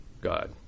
God